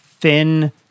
thin